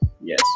Yes